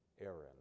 Aaron